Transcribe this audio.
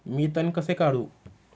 मी तण कसे काढू?